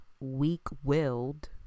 Weak-willed